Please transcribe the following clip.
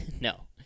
No